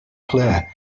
player